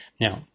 Now